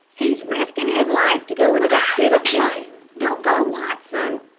he's risking his life to go into that pit of flame. don't go, watson.